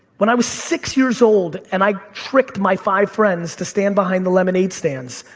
when i was six years old and i tricked my five friends to stand behind the lemonade stands,